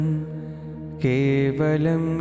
Kevalam